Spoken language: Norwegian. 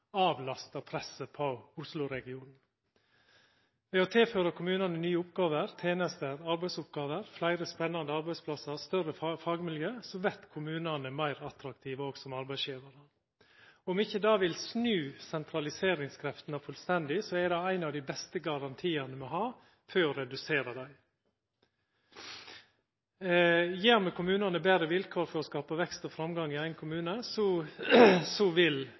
avlasta presset på Oslo-regionen. Ved å tilføra kommunane nye oppgåver, tenester, arbeidsoppgåver, fleire spennande arbeidsplassar og større fagmiljø vert kommunane meir attraktive òg som arbeidsgjevarar. Om ikkje det vil snu sentraliseringskreftene fullstendig, er det ein av dei beste garantiane me har for å redusera dei. Gjev me kommunane betre vilkår for å skapa vekst og framgang i eigen kommune, vil det verta bra i så